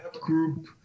group